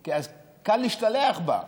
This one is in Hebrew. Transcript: כי אז קל להשתלח בה.